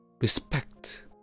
respect